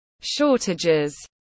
Shortages